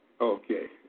Okay